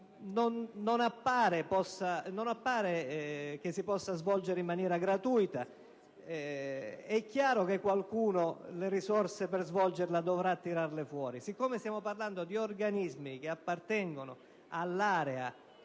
non appare potersi svolgere in maniera gratuita, è chiaro che qualcuno le risorse per svolgerla dovrà tirarle fuori. Siccome stiamo parlando di organismi che appartengono all'area